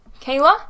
Kayla